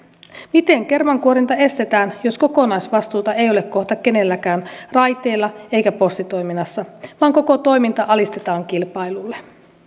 miten kermankuorinta estetään jos kokonaisvastuuta ei ole kohta kenelläkään ei raiteilla eikä postitoiminnassa vaan koko toiminta alistetaan kilpailuille